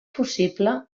possible